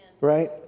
right